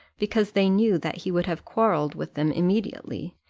because they knew that he would have quarrelled with them immediately,